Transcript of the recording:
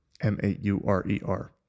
M-A-U-R-E-R